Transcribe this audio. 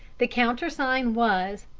the countersign was,